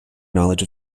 knowledge